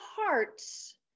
hearts